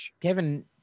Kevin